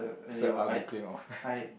sir i'll be clearing off